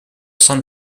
san